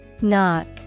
Knock